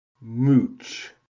mooch